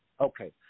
Okay